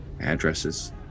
addresses